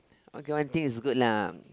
okay one thing is good lah